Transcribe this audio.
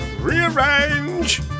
Rearrange